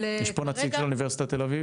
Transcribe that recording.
אבל כרגע -- יש פה נציג של אוניברסיטת תל אביב?